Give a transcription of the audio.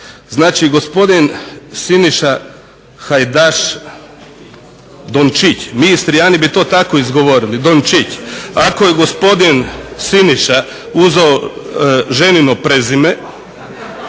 Znači gospodin Siniša Hajdaš Dončić, mi Istrijani bi to tako izgovorili Dončić. Ako je gospodin Siniša uzeo ženino prezime,